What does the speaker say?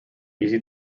easy